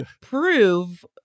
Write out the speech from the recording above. prove